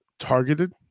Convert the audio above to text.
targeted